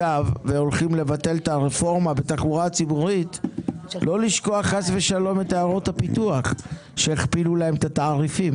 אני צריך להודיע שאני הולך להצביע?